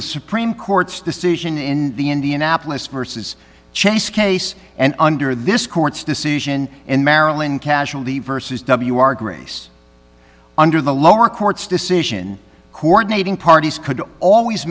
the supreme court's decision in the indianapolis vs chess case and under this court's decision in maryland casualty versus w r grace under the lower court's decision coordinating parties